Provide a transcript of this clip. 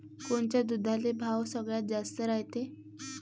कोनच्या दुधाले भाव सगळ्यात जास्त रायते?